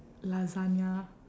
lasagna